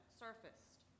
surfaced